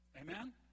Amen